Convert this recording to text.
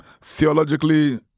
theologically